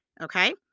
okay